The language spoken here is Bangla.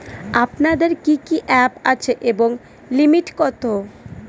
আপনাদের কি কি অ্যাপ আছে এবং লিমিট কত?